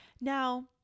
Now